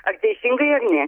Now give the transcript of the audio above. ar teisingai ar ne